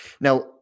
Now